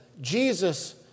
Jesus